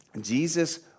Jesus